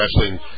Wrestling